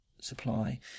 supply